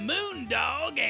Moondog